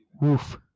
Woof